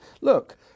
look